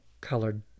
colored